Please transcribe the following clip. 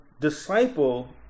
disciple